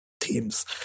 teams